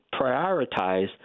prioritize